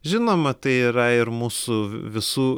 žinoma tai yra ir mūsų visų